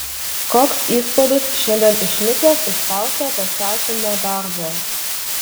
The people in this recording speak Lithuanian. koks įspūdis šiandien išlikęs iš fausto pastatymo darbo